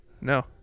No